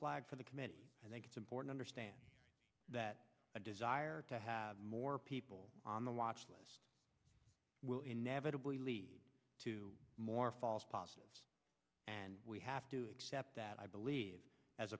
flag for the committee and they support understand that a desire to have more people on the watch list will inevitably lead to more false positives and we have to accept that i believe as